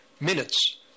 Minutes